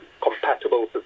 compatible